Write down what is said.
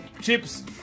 chips